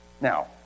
Now